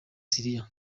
syria